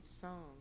song